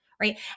right